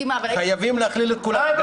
חייבים להכליל את כולם,